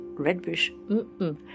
Redbush